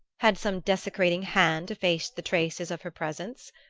had some desecrating hand effaced the traces of her presence?